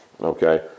okay